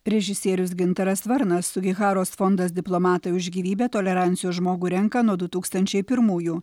režisierius gintaras varnas sugiharos fondas diplomatai už gyvybę tolerancijos žmogų renka nuo du tūkstančiai pirmųjų